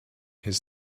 his